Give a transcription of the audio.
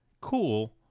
cool